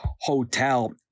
hotel